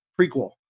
prequel